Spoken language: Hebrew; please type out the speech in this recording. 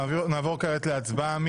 אני